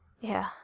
Yeah